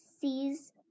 sees